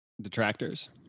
detractors